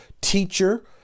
teacher